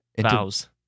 Vows